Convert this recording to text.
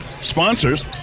sponsors